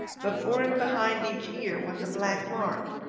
before and behind each ear was a black mark.